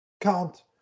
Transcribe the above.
count